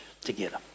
together